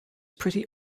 pretty